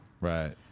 Right